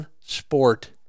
Sport